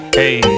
hey